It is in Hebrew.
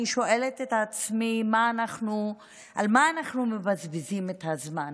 שואלת את עצמי על מה אנחנו מבזבזים את הזמן